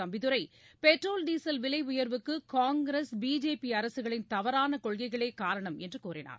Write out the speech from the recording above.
Thambidurai petrol diesel விலை உயர்வுக்கு Congress BJP அரசுகளின் தவறான கொள்கைகளே காரணம் என்று கூறினார்